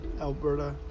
Alberta